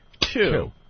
two